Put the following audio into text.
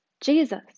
Jesus